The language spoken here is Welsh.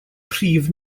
prif